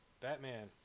Batman